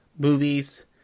Movies